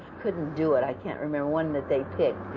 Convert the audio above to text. couldn't do it i can't remember, one that they picked.